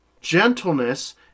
gentleness